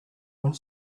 one